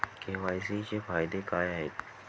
KYC चे फायदे काय आहेत?